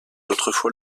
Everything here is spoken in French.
autrefois